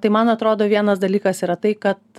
tai man atrodo vienas dalykas yra tai kad